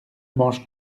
mange